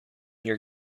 your